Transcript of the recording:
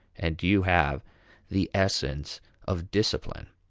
and you have the essence of discipline.